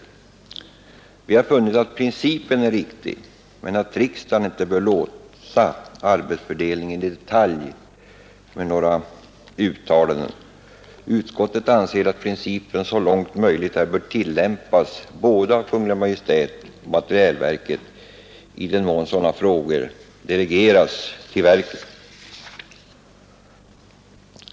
Utskottet har funnit att principen är riktig men att riksdagen inte bör låsa arbetsfördelningen i detalj genom några uttalanden. Utskottet anser att principen så långt möjligt bör tillämpas både av Kungl. Maj:t och materielverket, i den mån sådana frågor delegeras till verket.